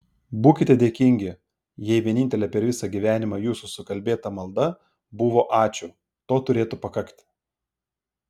būkite dėkingi jei vienintelė per visą gyvenimą jūsų sukalbėta malda buvo ačiū to turėtų pakakti